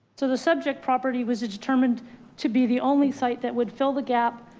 so the subject property was determined to be the only site that would fill the gap.